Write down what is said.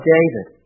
David